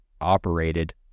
operated